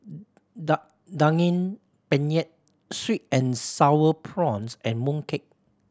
Daging Penyet sweet and Sour Prawns and mooncake